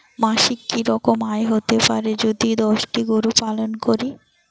মাসিক কি রকম আয় হতে পারে যদি দশটি গরু পালন করি?